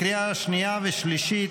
לקריאה השנייה ולקריאה השלישית,